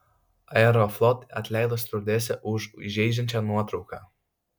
aeroflot atleido stiuardesę už įžeidžiančią nuotrauką